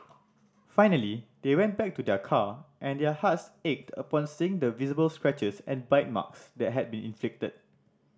finally they went back to their car and their hearts ached upon seeing the visible scratches and bite marks that had been inflicted